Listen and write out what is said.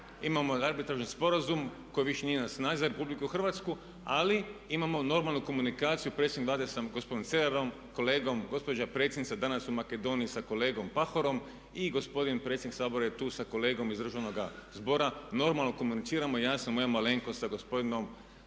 imamo arbitražni sporazum koji više nije na snazi za Republiku Hrvatsku ali imamo normalnu komunikaciju sa predsjednikom Vlade gospodinom Cerarom kolegom. Gospođa predsjednica je danas u Makedoniji sa kolegom Pahorom i gospodin predsjednik Sabora je tu sa kolegom iz Državnog zbora. Normalno komuniciramo, ja sam, moja malenkost sa gospodinom